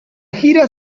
gira